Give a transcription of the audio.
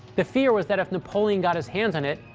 the fear was that if napoleon got his hands on it,